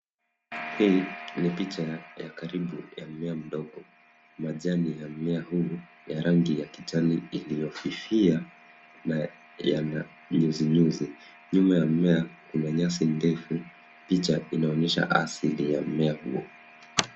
Hii ni picha ya karibu ya mmea mdogo. Majani ya mmea huu ya rangi ya kijani iliyofifia na yana nyuzinyuzi. Nyuma ya mmea, kuna nyasi ndefu. Picha inaonyesha asili ya mmea huo.